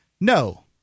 No